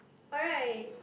alright